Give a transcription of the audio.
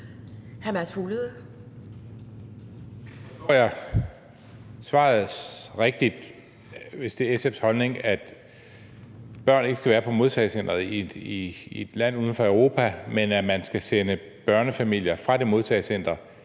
Forstår jeg svaret rigtigt, hvis det er SF's holdning, at børn ikke skal være på modtagecenteret i et land uden for Europa, men at man så skal sende børnefamilier fra det modtagecenter